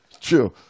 True